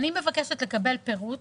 אני מבקשת לקבל פירוט